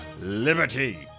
liberty